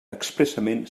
expressament